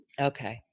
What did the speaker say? Okay